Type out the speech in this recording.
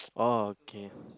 oh okay